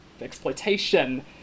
exploitation